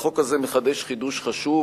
החוק הזה מחדש חידוש חשוב,